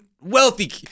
wealthy